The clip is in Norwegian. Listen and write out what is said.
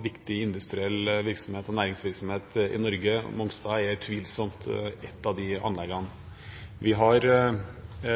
viktig industriell virksomhet og næringsvirksomhet i Norge. Mongstad er utvilsomt ett av de anleggene. Vi har